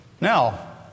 Now